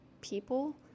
people